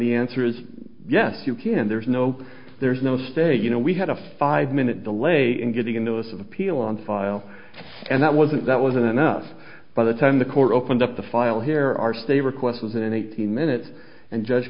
the answer is yes you can there's no there's no stay you know we had a five minute delay in getting in the us of appeal on file and that wasn't that wasn't enough by the time the court opened up the file here our stay request was an eighteen minute and judge